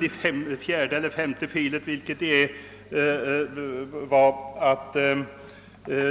Det fjärde felet skulle vara att